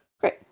Great